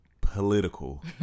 political